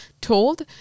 told